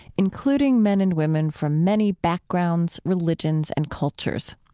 including men and women from many backgrounds, religions, and cultures.